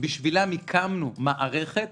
בשבילם הקמנו מערכת